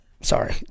sorry